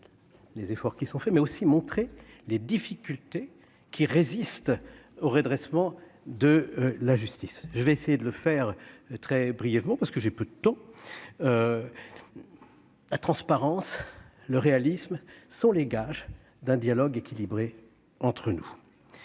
les efforts qui sont faits mais aussi montrer les difficultés qui résiste au redressement de la justice, je vais essayer de le faire, très brièvement, parce que j'ai peu de temps ah transparence le réalisme sont les gages d'un dialogue équilibré entre nous,